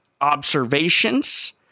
observations